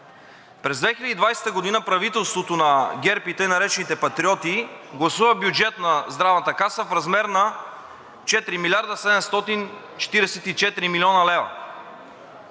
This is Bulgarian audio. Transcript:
През 2020 г. правителството на ГЕРБ и така наречените Патриоти гласува бюджет на Здравната каса в размер на 4 млрд. 744 млн. лв.